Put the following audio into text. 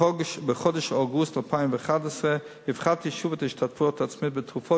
בחודש אוגוסט 2011 הפחתי שוב את ההשתתפות העצמית בתרופות